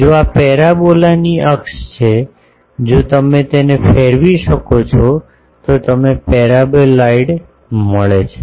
જો આ પેરાબોલાની અક્ષ છે જો તમે તેને ફેરવો છો તો તમને પેરાબોલાઇડ મળે છે